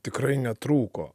tikrai netrūko